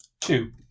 two